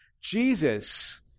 Jesus